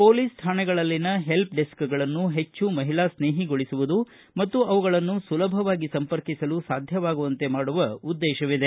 police ಠಾಣೆಗಳಲ್ಲಿನ help ಡೆಸ್ಕೆಗಳನ್ನು ಹೆಚ್ಚು ಮಹಿಳಾಸ್ನೇಹಿಗೊಳಿಸುವುದು ಮತ್ತು ಅವುಗಳನ್ನು ಸುಲಭವಾಗಿ ಸಂಪರ್ಕಿಸಲು ಸಾಧ್ಯವಾಗುವಂತೆ ಮಾಡುವ ಉದ್ದೇಶವಿದೆ